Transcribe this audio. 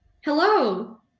Hello